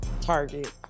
target